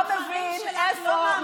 לא מבין איפה,